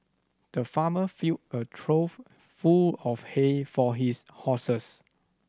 the farmer filled a trough full of hay for his horses